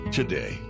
Today